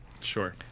Sure